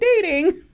dating